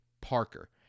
Parker